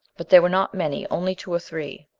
but there were not many, only two or three.